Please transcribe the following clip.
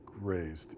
raised